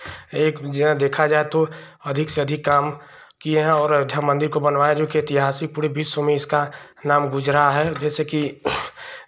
एक देखा जाए तो अधिक से अधिक काम किए हैं और अयोध्या मंदिर को बनवाया जोकि ऐतिहासिक पूरे विश्व में इनका नाम गुज़रा है जैसेकि